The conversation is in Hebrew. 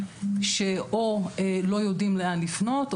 שאו לא יודעים לאן לפנות,